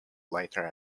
later